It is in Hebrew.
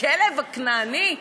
הכלב הכנעני?